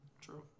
True